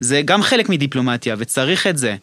זה גם חלק מדיפלומטיה, וצריך את זה.